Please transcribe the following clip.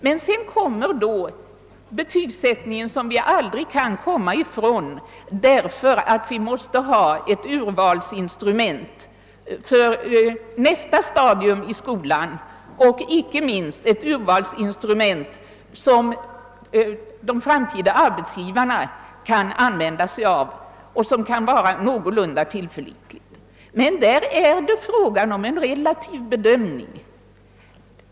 Men sedan kommer då betygsättningen, som vi aldrig kan undgå, därför att vi måste ha ett urvalsinstrument för nästa stadium i skolan och inte minst ett urvalsinstrument som de framtida arbetsgivarna kan begagna sig av. Detta instrument måste vara någorlunda tillförlitligt — men det blir fråga om en relativ bedömning.